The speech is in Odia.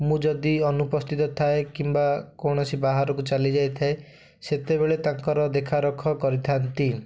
ମୁଁ ଯଦି ଅନୁପସ୍ଥିତ ଥାଏ କିମ୍ବା କୌଣସି ବାହାରକୁ ଚାଲି ଯାଇଥାଏ ସେତେବେଳେ ତାଙ୍କର ଦେଖରେଖ କରିଥାନ୍ତି